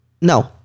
no